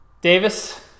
Davis